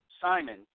Simon